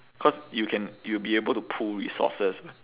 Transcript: cause you can you'll be able to pool resources